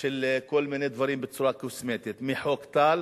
של כל מיני דברים בצורה קוסמטית, מחוק טל